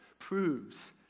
Proves